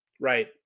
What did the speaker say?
Right